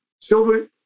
Silver